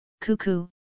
Cuckoo